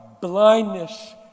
blindness